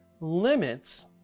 Limits